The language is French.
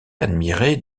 admirer